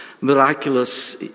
miraculous